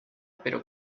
pero